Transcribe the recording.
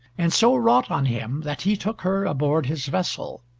and so wrought on him that he took her aboard his vessel.